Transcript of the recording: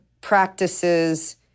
practices